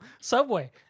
subway